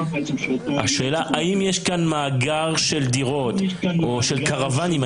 השאלה אם יש כאן מאגר של דירות או של קרוואנים?